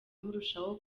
murushaho